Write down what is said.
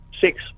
Six